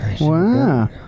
Wow